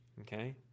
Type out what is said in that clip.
okay